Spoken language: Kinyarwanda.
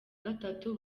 gatatu